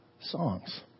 songs